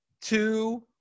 two